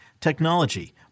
technology